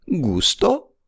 gusto